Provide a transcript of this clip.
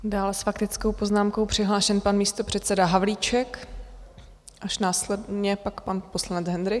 Dále s faktickou poznámkou je přihlášen pan místopředseda Havlíček, až následně pak pan poslanec Hendrych.